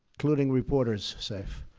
including reporters safe